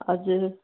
हजुर